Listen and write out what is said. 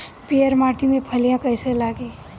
पीयर माटी में फलियां कइसे लागी?